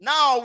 Now